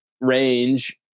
range